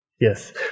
Yes